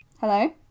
Hello